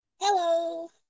Hello